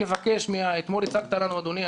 אתמול הצגת לנו אדוני,